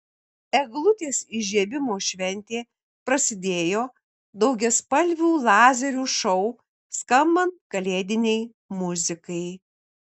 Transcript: eglutės įžiebimo šventė prasidėjo daugiaspalvių lazerių šou skambant kalėdinei muzikai